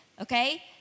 okay